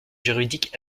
juridique